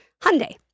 Hyundai